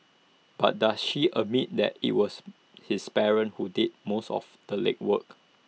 but does she admit that IT was his parents who did most of the legwork